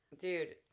Dude